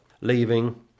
leaving